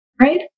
Right